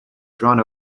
drawn